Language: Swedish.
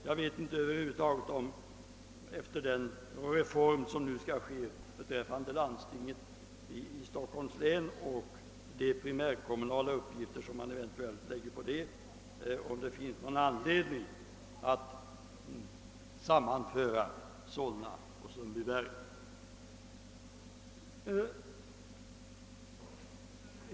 Jag vet över huvud taget inte om det, efter den reform som nu skall genomföras beträffande landstinget i Stockholms län, finns någon anledning att sammanföra Solna och Sundbyberg.